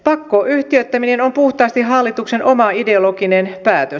pakkoyhtiöittäminen on puhtaasti hallituksen oma ideologinen päätös